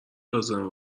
لازمه